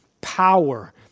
power